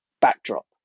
backdrop